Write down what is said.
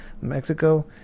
Mexico